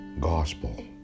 gospel